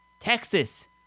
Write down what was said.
Texas